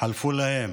חלפו להן